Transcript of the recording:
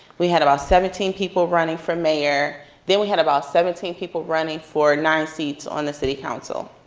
we had about seventeen people running for mayor, then we had about seventeen people running for nine seats on the city council.